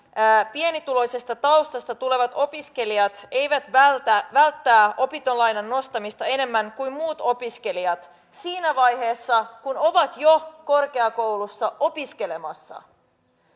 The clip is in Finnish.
pienituloisesta taustasta tulevat opiskelijat eivät vältä opintolainan nostamista enemmän kuin muut opiskelijat siinä vaiheessa kun ovat jo korkeakoulussa opiskelemassa